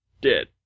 Dead